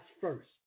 first